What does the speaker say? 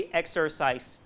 exercise